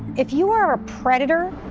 if you are a predator,